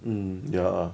mm ya